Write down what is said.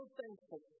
thankful